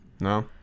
No